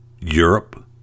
Europe